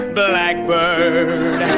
blackbird